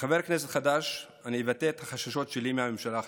כחבר כנסת חדש אבטא את החששות שלי מהממשלה החדשה,